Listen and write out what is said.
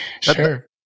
Sure